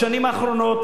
בשנים האחרונות,